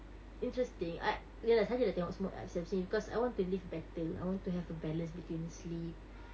interesting I ya lah saja jer nak tengok apps I've seen because I want to live better I want to have a balance between sleep